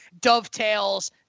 dovetails